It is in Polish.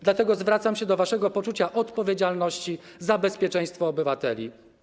Dlatego zwracam się do waszego poczucia odpowiedzialności za bezpieczeństwo obywateli.